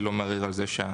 אני לא מערער על זה שהסכום,